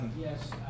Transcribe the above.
Yes